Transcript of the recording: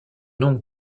nom